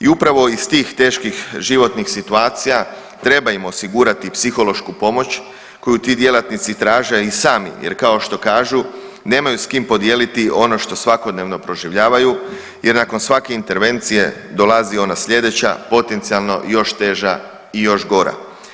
I upravo iz tih teških životnih situacija treba im osigurati psihološku pomoć koju ti djelatnici traže i sami jer kao što kažu nemaju s kim podijeliti ono što svakodnevno proživljavaju jer nakon svake intervencije dolazi ona sljedeća potencijalno još teža i još gora.